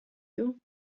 you